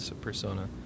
Persona